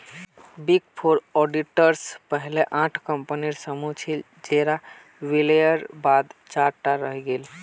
big four auditors पहले आठ कम्पनीर समूह छिल जेरा विलयर बाद चार टा रहेंग गेल